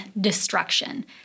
destruction